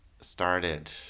started